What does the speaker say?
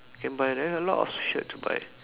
can buy there a lot of shirt to buy